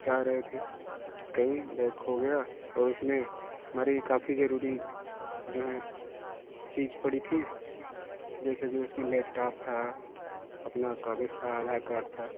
जा रहे थे कहीं बैग खो गया और उसमें हमारी काफी जरूरी जो है चीज पड़ी थी जैसे कि उसमें लैपटॉप था अपना कागज था आधार कार्ड था